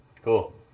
Cool